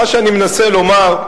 מה שאני מנסה לומר,